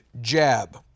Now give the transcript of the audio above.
jab